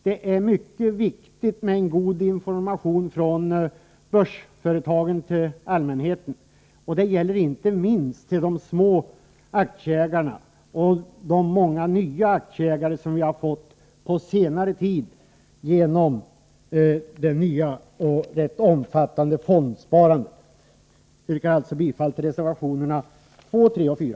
Det är mycket viktigt med en god information från börsföretagen till allmänheten. Det gäller inte minst till de små aktieägarna och de många nya aktieägarna som vi har fått på senare tid genom det ganska omfattande fondsparandet. Jag yrkar alltså bifall till reservationerna 1, 2 och 4.